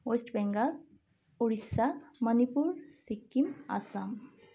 West Bengal Odisha Manipur Sikkim Assam